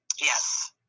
Yes